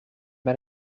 met